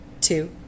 two